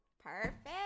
Perfect